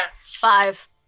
Five